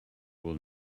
will